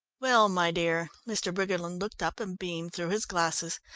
well, my dear, mr. briggerland looked up and beamed through his glasses,